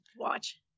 watch